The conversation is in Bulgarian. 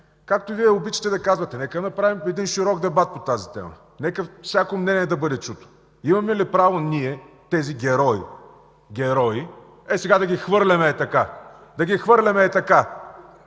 Както Вие обичате да казвате, нека направим широк дебат по тази тема. Нека всяко мнение да бъде чуто. Имаме ли право ние тези герои, герои – ей сега да ги хвърлим хей така, да ги хвърляме хей така?!